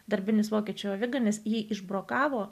darbinis vokiečių aviganis jį išbrokavo